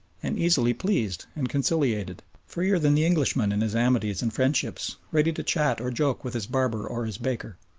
and easily pleased and conciliated. freer than the englishman in his amities and friendships, ready to chat or joke with his barber or his baker,